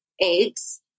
eggs